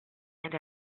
and